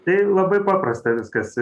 tai labai paprasta viskas